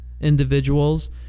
individuals